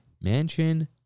Mansion